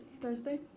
Thursday